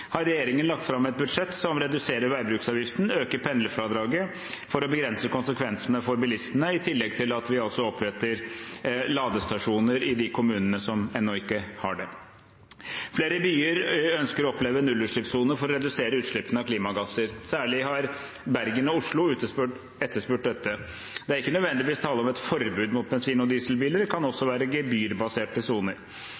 har regjeringen lagt fram et budsjett som reduserer veibruksavgiften og øker pendlerfradraget for å begrense konsekvensene for bilistene, i tillegg til at vi altså oppretter ladestasjoner i de kommunene som ennå ikke har det. Flere byer ønsker å opprette nullutslippssoner for å redusere utslippene av klimagasser. Særlig har Bergen og Oslo etterspurt dette. Det er ikke nødvendigvis tale om et forbud mot bensin- og dieselbiler, det kan også